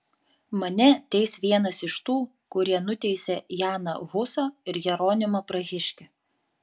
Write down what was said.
mane teis vienas iš tų kurie nuteisė janą husą ir jeronimą prahiškį